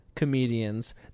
comedians